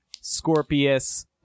Scorpius